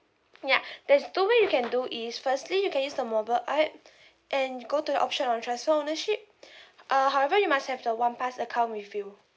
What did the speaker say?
ya there's two way you can do is firstly you can use the mobile app and you go to your option on transfer ownership uh however you must have the one pass account with you